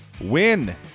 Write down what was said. win